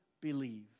believe